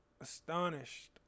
astonished